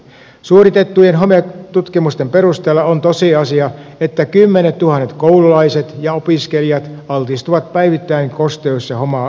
suoritettujen hometutkimusten perusteella on tosiasia että kymmenettuhannet koululaiset ja opiskelijat altistuvat päivittäin kosteus ja homevaurioille